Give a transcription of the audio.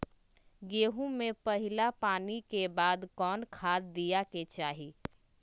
गेंहू में पहिला पानी के बाद कौन खाद दिया के चाही?